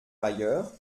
ailleurs